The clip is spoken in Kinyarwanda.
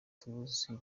tuzi